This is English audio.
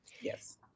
Yes